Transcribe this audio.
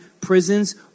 prisons